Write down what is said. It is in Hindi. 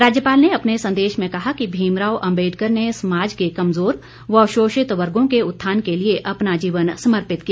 राज्यपाल ने अपने संदेश में कहा कि भीमराव अंबेदकर ने सामाज के कमजोर व शोषित वर्गो के उत्थान के लिए अपना जीवन समर्पित किया